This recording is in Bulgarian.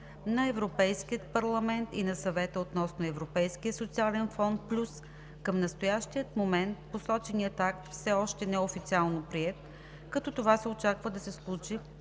на Европейския парламент и на Съвета относно Европейския социален фонд плюс. Към настоящия момент посоченият акт все още не е официално приет. Това се очаква да се случи